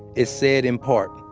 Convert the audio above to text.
it said in part,